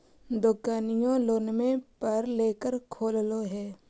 दोकनिओ लोनवे पर लेकर खोललहो हे?